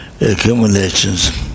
accumulations